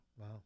Wow